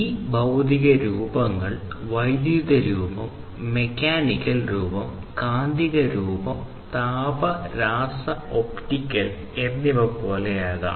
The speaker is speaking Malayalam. ഈ ഭൌതിക രൂപങ്ങൾ വൈദ്യുത രൂപം മെക്കാനിക്കൽ എന്നിവ പോലെയാകാം